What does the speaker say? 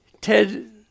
Ted